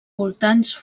voltants